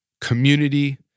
community